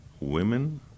women